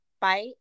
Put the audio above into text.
bite